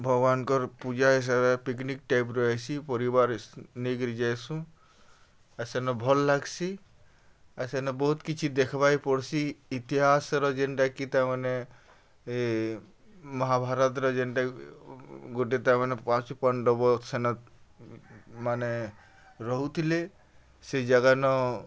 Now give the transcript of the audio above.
ଭଗବାନ୍ଙ୍କର୍ ପୂଜା ହିସାବେ ପିକନିକ୍ ଟାଇପ୍ର ହେସି ପରିବାର୍ ନେଇକିରି ଯାଏସୁଁ ଆର୍ ସେନ ଭଲ୍ ଲାଗ୍ସି ଆର୍ ସେନେ ବହୁତ୍ କିଛି ଦେଖ୍ବାକେ ପଡ଼୍ସି ଇତିହାସର ଯେନ୍ଟାକି ତା'ର୍ମାନେ ମହାଭାରତ୍ର ଯେନ୍ଟାକି ଗୁଟେ ତା'ଋମାନେ ପଞ୍ଚୁ ପଣ୍ଡବ ସେନ ମାନେ ରହୁଥିଲେ ସେ ଜାଗା ନ